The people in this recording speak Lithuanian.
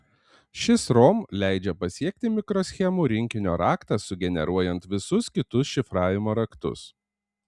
šis rom leidžia pasiekti mikroschemų rinkinio raktą sugeneruojant visus kitus šifravimo raktus